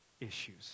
issues